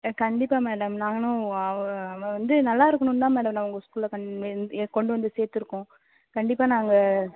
ஆ கண்டிப்பாக மேடம் நானும் அவன் அவன் அவன் வந்து நல்லாருக்கணுன் தான் மேடம் நான் உங்கள் ஸ்கூலில் கொண்டு வந்து கொண்டு வந்து சேரத்துருக்கோம் கண்டிப்பாக நாங்கள்